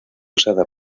usada